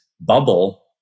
bubble